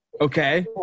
Okay